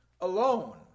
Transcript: alone